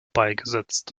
beigesetzt